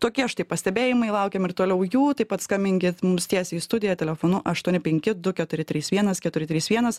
tokie štai pastebėjimai laukiam ir toliau jų taip pat skambinkit mums tiesiai į studiją telefonu aštuoni penki du keturi trys vienas keturi trys vienas